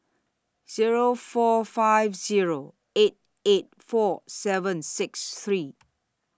Zero four five Zero eight eight four seven six three